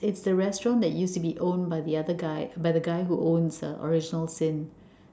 it's the restaurant that used to be owned by the other guy by the guy who owns uh original sin